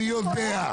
אני יודע.